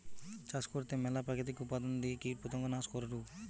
চাষ করতে ম্যালা প্রাকৃতিক উপাদান দিয়ে কীটপতঙ্গ নাশ করাঢু